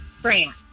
France